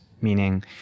meaning